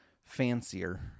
fancier